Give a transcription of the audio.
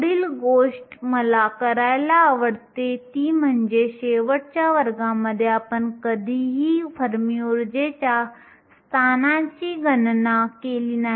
पुढील गोष्ट मला करायला आवडते ती म्हणजे शेवटच्या वर्गामध्ये आपण कधीही फर्मी ऊर्जेच्या स्थानाची गणना केली नाही